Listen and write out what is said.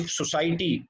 society